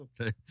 Okay